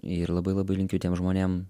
ir labai labai linkiu tiem žmonėm